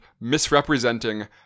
misrepresenting